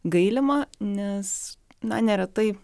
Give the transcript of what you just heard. gailima nes na neretai